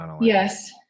Yes